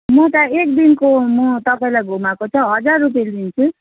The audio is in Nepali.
म त एक दिनको म तपाईँलाई घुमाएको त हजार रुपियाँ लिन्छु